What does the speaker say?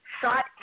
shot